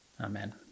Amen